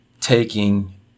taking